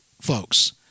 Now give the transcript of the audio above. folks